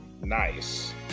nice